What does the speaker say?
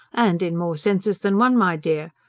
and in more senses than one, my dear.